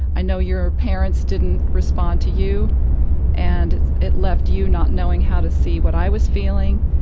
i know your parents didn't respond to you and it left you not knowing how to see what i was feeling,